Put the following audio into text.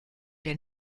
der